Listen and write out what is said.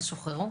הם שוחררו?